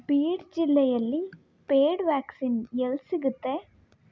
bead ಜಿಲ್ಲೆಯಲ್ಲಿ paid vaccine ಎಲ್ಲಿ ಸಿಗುತ್ತೆ